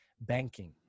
banking